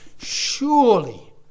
surely